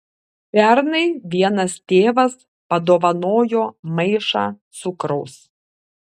pernai vienas tėvas padovanojo maišą cukraus